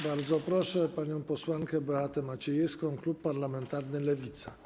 Bardzo proszę panią posłankę Beatę Maciejewską, klub parlamentarny Lewica.